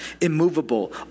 immovable